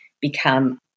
become